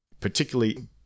particularly